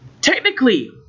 technically